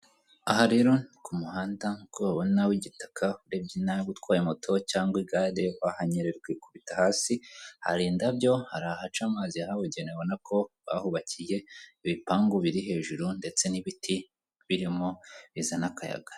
Aha rero ni ku muhanda ngo wabona w'igitaka, urebye nawe utwaye moto cyangwa igare wahanyurerarwa ukikubita hasi hari indabyo, hari ahaca amazi habugenewe, ubona ko bahubakiye ibipangu biri hejuru, ndetse n'ibiti birimo bizana akayaga.